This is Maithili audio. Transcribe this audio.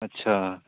अच्छा